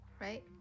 right